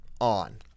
on